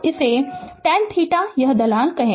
तो tan theta यह ढलान है